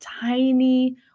tiny